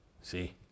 See